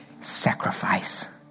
sacrifice